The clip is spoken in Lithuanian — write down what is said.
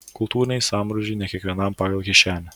kultūriniai sambrūzdžiai ne kiekvienam pagal kišenę